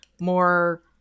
more